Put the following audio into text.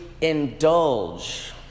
indulge